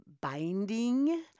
binding